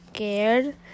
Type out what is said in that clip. scared